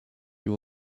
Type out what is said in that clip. you